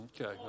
Okay